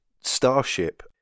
starship